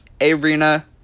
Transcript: arena